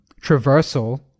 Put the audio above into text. traversal